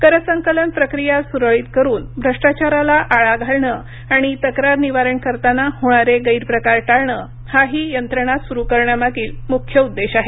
कर संकलन प्रक्रिया सुरळीत करून भ्रष्टाचाराला आळा घालणं आणि तक्रार निवारण करताना होणारे गैरप्रकार टाळणं हा ही यंत्रणा सुरू करण्यामागील मुख्य उद्देश आहे